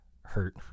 hurt